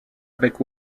avec